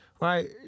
Right